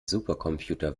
supercomputer